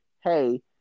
hey